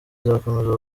izakomeza